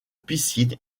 piscine